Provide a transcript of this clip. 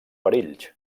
perills